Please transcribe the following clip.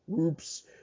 Oops